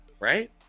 Right